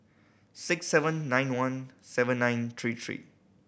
six seven nine one seven nine three three